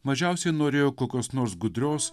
mažiausiai norėjau kokios nors gudrios